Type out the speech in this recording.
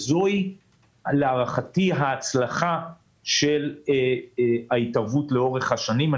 זוהי להערכתי ההצלחה של ההתערבות לאורך השנים.